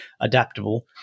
adaptable